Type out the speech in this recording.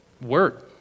Word